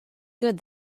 good